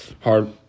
hard